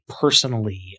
personally